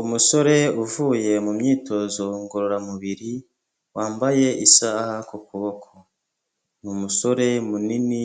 Umusore uvuye mu myitozo ngororamubiri wambaye isaha ku kuboko, ni umusore munini